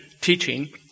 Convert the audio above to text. teaching